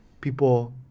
people